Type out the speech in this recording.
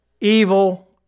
evil